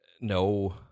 No